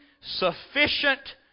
sufficient